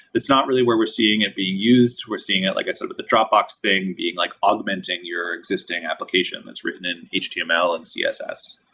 it's not really where we're seeing it being used. we're seeing it like a sort of a dropbox thing being like augmenting your existing application that's written in html and css.